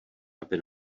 aby